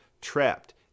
trapped